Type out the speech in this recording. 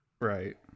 right